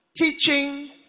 teaching